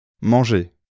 Manger